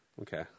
Okay